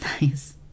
Nice